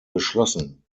geschlossen